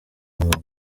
umuntu